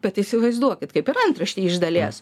bet įsivaizduokit kaip ir antraštė iš dalies